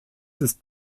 ist